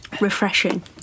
refreshing